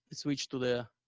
switch to the